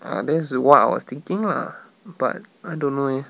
ah that is what I was thinking lah but I don't know eh